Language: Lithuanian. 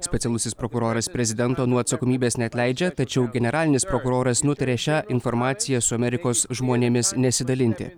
specialusis prokuroras prezidento nuo atsakomybės neatleidžia tačiau generalinis prokuroras nutarė šią informaciją su amerikos žmonėmis nesidalinti